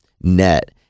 net